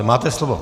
Máte slovo.